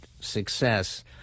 success